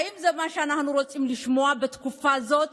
האם זה מה שאנחנו רוצים לשמוע בתקופה הזאת?